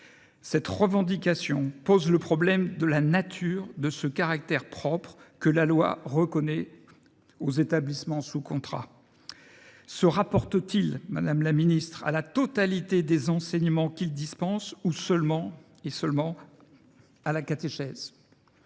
Cette revendication pose le problème de la nature de ce « caractère propre » que la loi reconnaît aux établissements sous contrat. Se rapporte t il à la totalité des enseignements qu’ils dispensent ou seulement à la catéchèse ?